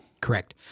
Correct